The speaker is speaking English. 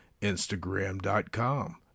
instagram.com